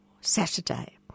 Saturday